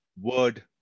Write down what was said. word